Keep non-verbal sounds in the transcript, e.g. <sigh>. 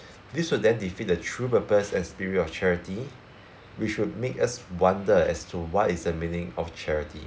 <breath> this would then defeat the true purpose and spirit of charity which would make us wonder as to what is the meaning of charity